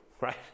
Right